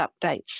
updates